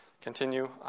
continue